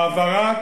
העברת